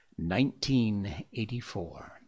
1984